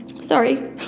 Sorry